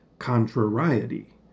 contrariety